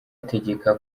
ategeka